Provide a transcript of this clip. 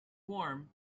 warm